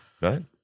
Right